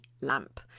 lamp